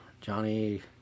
Johnny